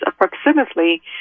approximately